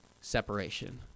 separation